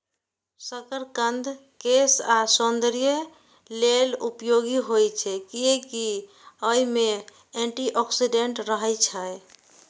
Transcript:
शकरकंद केश आ सौंदर्य लेल उपयोगी होइ छै, कियैकि अय मे एंटी ऑक्सीडेंट रहै छै